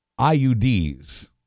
IUDs